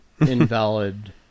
invalid